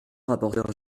rapporteur